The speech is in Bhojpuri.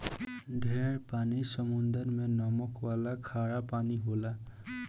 ढेर पानी समुद्र मे नमक वाला खारा पानी होला